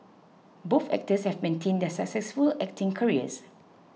both actors have maintained their successful acting careers